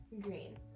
green